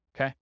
Okay